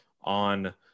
on